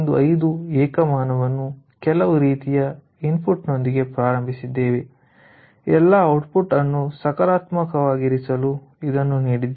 5 ಏಕಮಾನವನ್ನು ಕೆಲವು ರೀತಿಯ ಇನ್ಪುಟ್ನೊಂದಿಗೆ ಪ್ರಾರಂಭಿಸಿದ್ದೇವೆ ಎಲ್ಲಾ ಔಟ್ಪುಟ್ ಅನ್ನು ಸಕಾರಾತ್ಮಕವಾಗಿಸಲು ಇದನ್ನು ನೀಡಿದ್ದೇವೆ